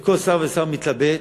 וכל שר ושר מתלבט,